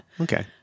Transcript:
Okay